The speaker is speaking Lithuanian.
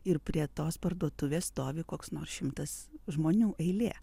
ir prie tos parduotuvės stovi koks nors šimtas žmonių eilė